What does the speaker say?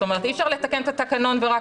זאת אומרת אי אפשר לתקן את התקנון ורק